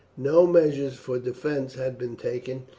no measures for defence had been taken,